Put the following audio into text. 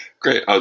Great